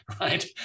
Right